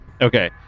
Okay